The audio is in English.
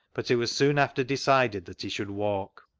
but it was soon after decided that he should walk.